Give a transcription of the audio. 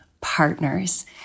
partners